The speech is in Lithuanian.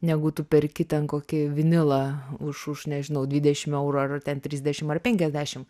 negu tu perki ten kokį vinilą už už nežinau dvidešimt eurų ar ten trisdešimt ar penkiasdešimt